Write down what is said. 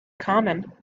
common